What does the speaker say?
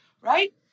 right